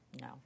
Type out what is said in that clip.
No